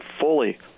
fully